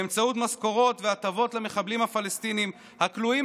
באמצעות משכורות והטבות למחבלים הפלסטינים הכלואים